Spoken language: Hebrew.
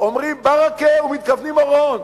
אומרים "ברכה" ומתכוונים "אורון",